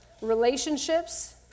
relationships